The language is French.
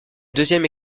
deuxième